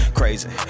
crazy